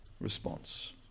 response